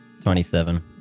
27